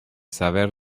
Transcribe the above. saber